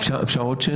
אפשר עוד שאלה?